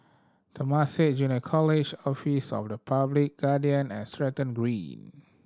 Temasek Junior College Office of the Public Guardian and Stratton Green